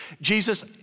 Jesus